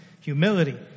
humility